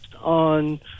On